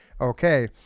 okay